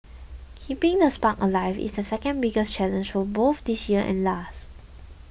keeping the spark alive is the second biggest challenge for both this year and last